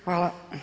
Hvala.